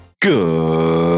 Good